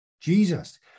Jesus